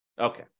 Okay